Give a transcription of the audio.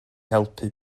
helpu